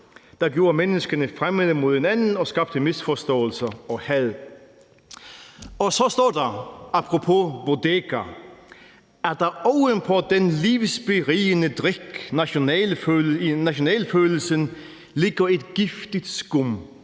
der gjorde menneskerne fremmede for hinanden og skabte misforståelser og had. Og så står der, apropos bodega: Oven på den livsberigende drik, nationalfølelsen, ligger et giftigt skum,